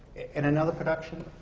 in another production,